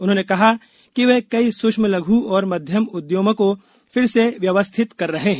उन्होंने कहा कि वे कई सूक्ष्म लघु और मध्यम उद्यमों को फिर से व्यवस्थित कर रहे हैं